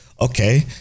okay